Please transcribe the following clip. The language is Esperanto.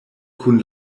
kun